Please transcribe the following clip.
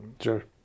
Sure